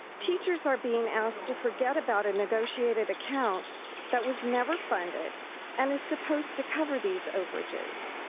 teachers are being asked to forget about a negotiated account that was never funded and is supposed to cover these overages.